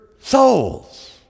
souls